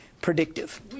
predictive